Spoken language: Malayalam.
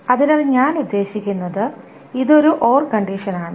അതിനാൽ ഞാൻ ഉദ്ദേശിക്കുന്നത് ഇത് ഒരു ഓർ കണ്ടിഷൻ ആണ്